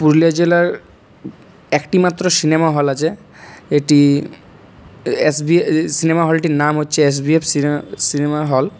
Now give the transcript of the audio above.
পুরুলিয়া জেলার একটিমাত্র cinema hall আছে এটি এসভি সিনেমা হলটির নাম হচ্ছে এসভিএফ সিনে সিনেমা হল